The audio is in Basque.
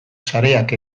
sareak